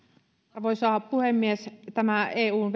arvoisa puhemies tämä eun